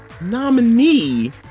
nominee